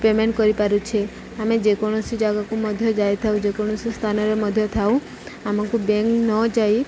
payment କରିପାରୁଛେ ଆମେ ଯେକୌଣସି ଜାଗାକୁ ମଧ୍ୟ ଯାଇଥାଉ ଯେକୌଣସି ସ୍ଥାନରେ ମଧ୍ୟ ଥାଉ ଆମକୁ ବ୍ୟାଙ୍କ ନ ଯାଇ